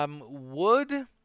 Wood